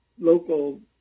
local